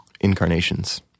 incarnations